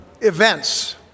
events